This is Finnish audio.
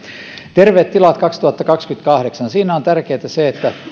terveet tilat kaksituhattakaksikymmentäkahdeksan siinä on tärkeää se että